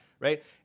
right